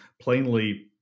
plainly